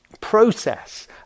process